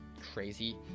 crazy